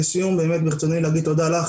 ולסיום באמת ברצוני להגיד תודה לך,